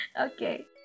Okay